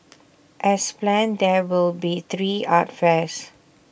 as planned there will be three art fairs